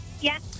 Yes